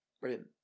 brilliant